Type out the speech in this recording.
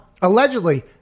allegedly